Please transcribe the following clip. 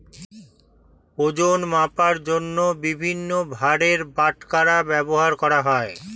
ওজন মাপার জন্য বিভিন্ন ভারের বাটখারা ব্যবহার করা হয়